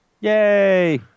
Yay